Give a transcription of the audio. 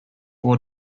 war